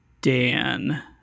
Dan